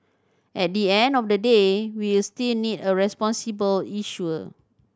at the end of the day we still need a responsible issuer